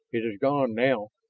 it is gone now.